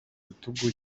rutugu